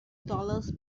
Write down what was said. dollars